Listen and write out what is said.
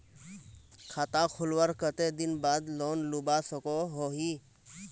खाता खोलवार कते दिन बाद लोन लुबा सकोहो ही?